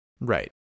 Right